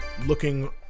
looking